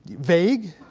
vague